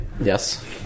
yes